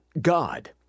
God